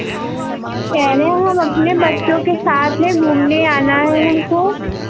कह रहे हैं हम अपने बच्चों के साथ में घूमने आना है हमको